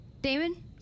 Damon